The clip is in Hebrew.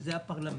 שזה הפרלמנט.